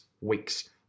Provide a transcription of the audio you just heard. weeks